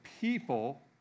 people